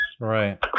Right